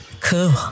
cool